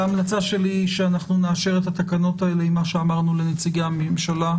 ההמלצה שלי היא שאנחנו נאשר את התקנות האלה עם מה שאמרנו לנציגי הממשלה,